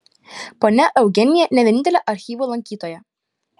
ponia eugenija ne vienintelė archyvo lankytoja